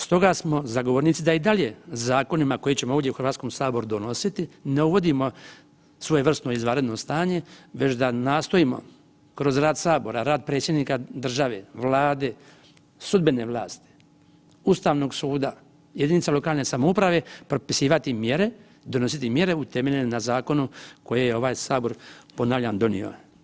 Stoga smo zagovornici da i dalje zakonima koje ćemo ovdje u Hrvatskome saboru donositi ne uvodimo svojevrsno izvanredno stanje već da nastojimo kroz rad sabora, rad predsjednika države, Vlade, sudbene vlasti, Ustavnog suda, jedinica lokalne samouprave propisivati mjere, donositi mjere utemeljene na zakonu koje je ovaj sabor ponavljam donio.